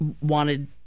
wanted